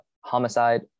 homicide